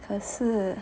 可是